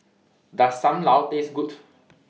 Does SAM Lau Taste Good